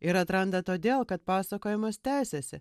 ir atranda todėl kad pasakojimas tęsiasi